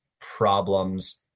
problems